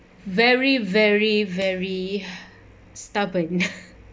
very very very stubborn